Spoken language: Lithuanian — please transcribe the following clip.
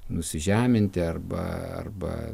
nusižeminti arba arba